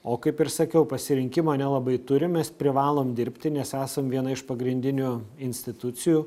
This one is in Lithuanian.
o kaip ir sakiau pasirinkimo nelabai turim mes privalom dirbti nes esam viena iš pagrindinių institucijų